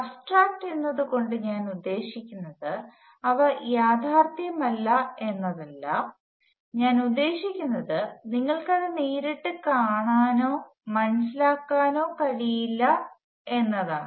abstract എന്നത് കൊണ്ട് ഞാൻ ഉദ്ദേശിക്കുന്നത് അവ യാഥാർത്ഥ്യമല്ല എന്നല്ല ഞാൻ ഉദ്ദേശിക്കുന്നത് നിങ്ങൾക്ക് അത് നേരിട്ട് കാണാനോ മനസ്സിലാക്കാനോ കഴിയില്ല എന്നാണ്